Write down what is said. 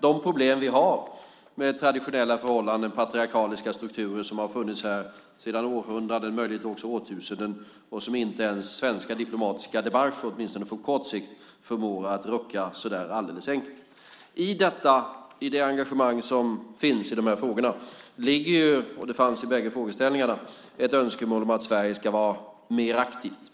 de problem vi har med traditionella förhållanden, patriarkala strukturer som har funnits här sedan århundraden, möjligen årtusenden, och som inte ens svenska diplomatiska démarcher, åtminstone på kort sikt, förmår att rucka så där alldeles enkelt. I det engagemang som finns i de här frågorna ligger ju, och det fanns i bägge frågeställningarna, ett önskemål om att Sverige ska vara mer aktivt.